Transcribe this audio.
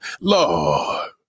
Lord